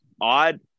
odd